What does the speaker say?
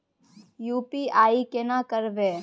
UPI केना करबे?